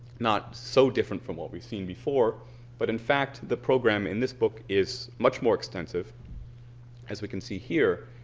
not so different from what we've seen before but, in fact, the program in this book is much more extensive as we can see here